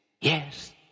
Yes